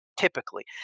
typically